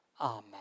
Amen